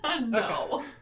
No